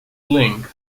length